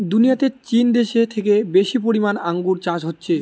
দুনিয়াতে চীন দেশে থেকে বেশি পরিমাণে আঙ্গুর চাষ হচ্ছে